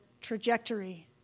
trajectory